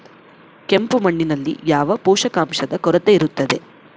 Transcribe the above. ಕೆಂಪು ಮಣ್ಣಿನಲ್ಲಿ ಯಾವ ಪೋಷಕಾಂಶದ ಕೊರತೆ ಇರುತ್ತದೆ?